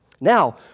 Now